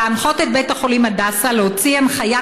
להנחות את בית החולים הדסה להוציא הנחיה